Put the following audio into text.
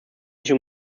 nicht